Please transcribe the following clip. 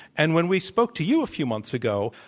and when we spoke to you a few months ago,